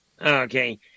Okay